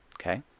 Okay